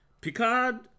Picard